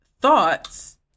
thoughts